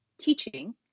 teaching